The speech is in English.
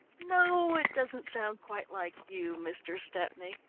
no, it doesn't sound quite like you, mr. stepney.